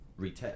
retest